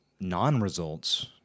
non-results